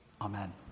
Amen